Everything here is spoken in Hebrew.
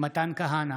מתן כהנא,